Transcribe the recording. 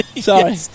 Sorry